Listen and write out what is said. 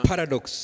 Paradox